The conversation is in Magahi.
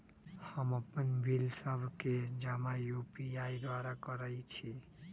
हम अप्पन बिल सभ के जमा यू.पी.आई द्वारा करइ छी